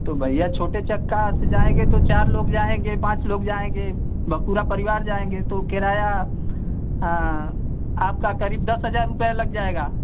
तो भैया छोटे चक्का से जाएँगे तो चार लोग जाएँगे पाँच लोग जाएँगे बा पूरा परिवार जाएँगे तो किराया आपका क़रीब दस हज़ार रुपया लग जाएगा